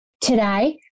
Today